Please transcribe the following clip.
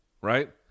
right